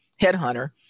headhunter